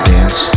Dance